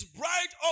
bright